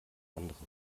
anderen